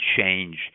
change